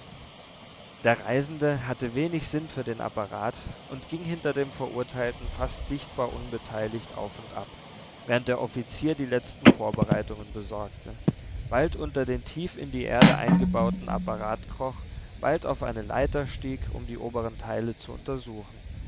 der reisende hatte wenig sinn für den apparat und ging hinter dem verurteilten fast sichtbar unbeteiligt auf und ab während der offizier die letzten vorbereitungen besorgte bald unter den tief in die erde eingebauten apparat kroch bald auf eine leiter stieg um die oberen teile zu untersuchen